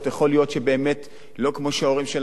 יכול להיות שבאמת לא כמו שההורים שלנו,